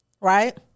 right